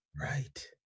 Right